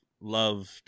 loved